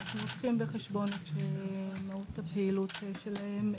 אנחנו לוקחים בחשבון את מהות הפעילות שלהם,